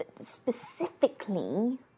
Specifically